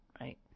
right